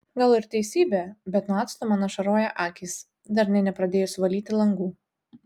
gal ir teisybė bet nuo acto man ašaroja akys dar nė nepradėjus valyti langų